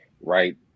right –